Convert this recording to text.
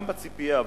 גם בציפייה,